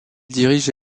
dirige